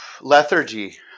lethargy